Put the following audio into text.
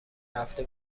هفته